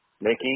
Mickey